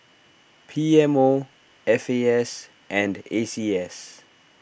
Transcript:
P M O F A S and A C S